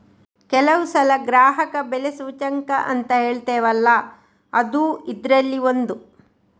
ಕೆಲವು ಸಲ ಗ್ರಾಹಕ ಬೆಲೆ ಸೂಚ್ಯಂಕ ಅಂತ ಹೇಳ್ತೇವಲ್ಲ ಅದೂ ಇದ್ರಲ್ಲಿ ಒಂದು